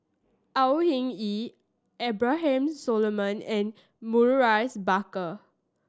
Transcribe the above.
Au Hing Yee Abraham Solomon and Maurice Baker